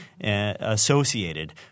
associated